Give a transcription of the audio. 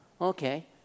Okay